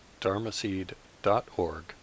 dharmaseed.org